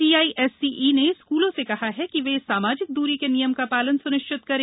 CISCE ने स्कूलों से कहा है कि वे सामाजिक दूरी के नियम का पालन स्निश्चित करें